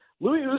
Louis